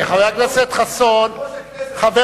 בנימין נתניהו יכול ללכת,